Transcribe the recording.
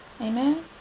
Amen